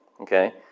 okay